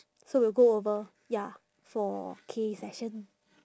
so we'll go over ya for K session